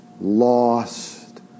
lost